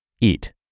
eat